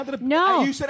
No